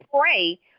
pray